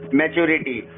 maturity